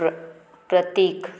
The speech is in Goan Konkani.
प्रतीक